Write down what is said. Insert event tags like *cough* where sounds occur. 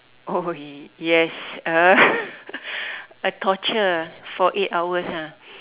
oh yes uh *laughs* a torture for eight hours ah